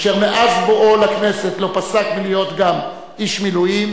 אשר מאז בואו לכנסת לא פסק מלהיות גם איש מילואים